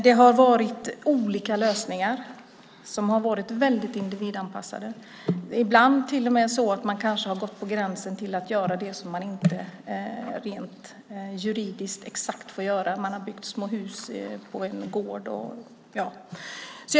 Det har varit olika lösningar som har varit väldigt individanpassade, ibland till och med på gränsen till något man rent juridiskt inte får göra. Man har byggt små hus på en gård och så vidare.